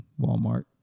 Walmart